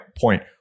point